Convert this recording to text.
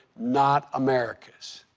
not america's.